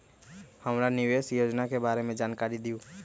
हमरा निवेस योजना के बारे में जानकारी दीउ?